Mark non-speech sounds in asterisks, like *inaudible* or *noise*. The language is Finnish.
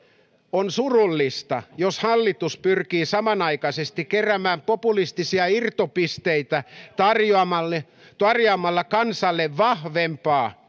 on surullista jos hallitus pyrkii samanaikaisesti keräämään populistisia irtopisteitä tarjoamalla tarjoamalla kansalle vahvempaa *unintelligible*